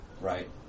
right